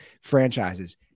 franchises